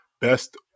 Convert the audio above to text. best